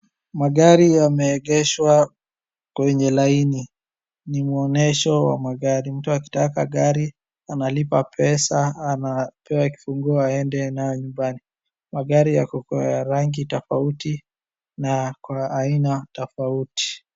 Magari yameegeshwa kwenye laini, ni mwonesho wa magari. Mtu akitaka gari analipa pesa anapewa kifunguo aende nayo nyumbani. Magari yako kwa rangi tofauti na kwa aina tofauti.